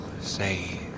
say